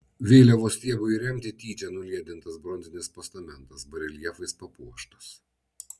vėliavos stiebui įremti tyčia nuliedintas bronzinis postamentas bareljefais papuoštas